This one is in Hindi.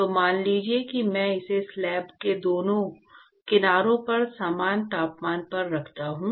तो मान लीजिए कि मैं इसे स्लैब के दोनों किनारों पर समान तापमान पर रखता हूं